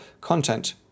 content